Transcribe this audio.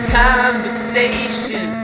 conversation